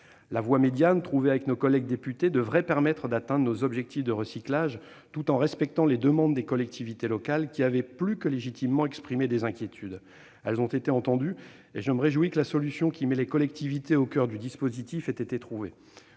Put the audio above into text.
La voie médiane trouvée avec nos collègues députés devrait permettre d'atteindre nos objectifs de recyclage tout en respectant les demandes des collectivités territoriales, qui avaient, plus que légitimement, exprimé des inquiétudes. Elles ont été entendues, et je me réjouis que cette solution, plaçant les collectivités au coeur du dispositif, ait été trouvée.